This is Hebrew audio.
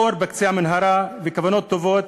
אור בקצה המנהרה וכוונות טובות,